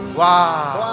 wow